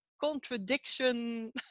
contradiction